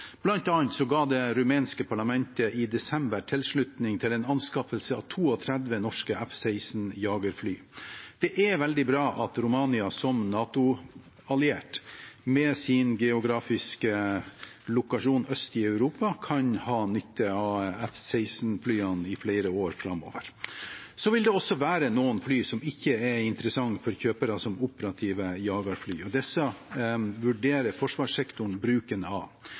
ga det rumenske parlamentet i desember tilslutning til en anskaffelse av 32 norske F-16-jagerfly. Det er veldig bra at Romania som NATO-alliert med sin geografiske lokasjon øst i Europa kan ha nytte av F-16-flyene i flere år framover. Så vil det også være noen fly som ikke er interessante for kjøpere som operative jagerfly. Disse vurderer forsvarssektoren bruken av.